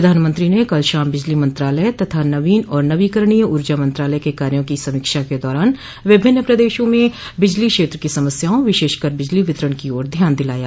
प्रधानमंत्री ने कल शाम बिजली मंत्रालय तथा नवीन और नवीकरणीय ऊर्जा मंत्रालय के कार्यों की समीक्षा के दौरान विभिन्न प्रदेशों में बिजली क्षेत्र की समस्याओं विशेषकर बिजली वितरण की ओर ध्यान दिलाया